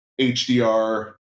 HDR